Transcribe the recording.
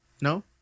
No